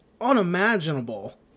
unimaginable